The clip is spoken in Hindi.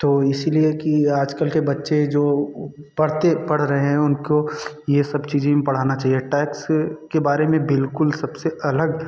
तो इसलिए कि आजकल के बच्चे जो पढ़ते पढ़ रहे हैं उनको यह सब चीज़ें पढ़ाना चाहिए टैक्स के बारे में बिल्कुल सबसे अलग